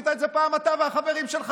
עשית את זה פעם, אתה והחברים שלך?